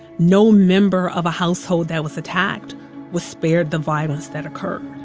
no member of a household that was attacked was spared the violence that occurred.